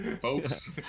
folks